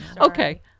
Okay